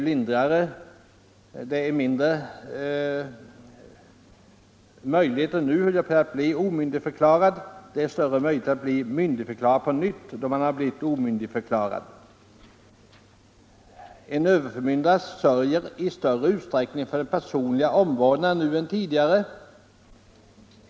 Vidare har grunderna för omyndigförklaring begränsats och möjligheterna för omyndig att på nytt bli myndigförklarad ökats. En förmyndare sörjer nu i större utsträckning än tidigare för myndlingens personliga omvårdnad.